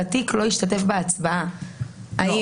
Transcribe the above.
אבל